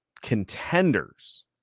contenders